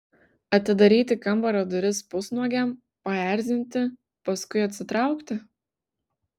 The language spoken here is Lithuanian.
atidaryti kambario duris pusnuogiam paerzinti paskui atsitraukti